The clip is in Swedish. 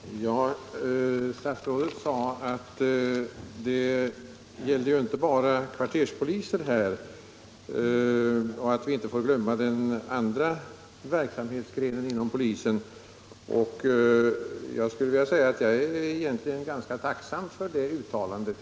Herr talman! Statsrådet sade att det här inte bara gäller kvarterspolisen, att vi inte får glömma den andra verksamhetsgrenen inom polisen. Jag är tacksam för det uttalandet.